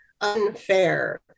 unfair